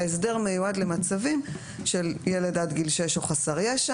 ההסדר מיועד למצבים של ילד עד גיל שש או חסר ישע